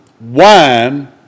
wine